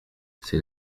c’est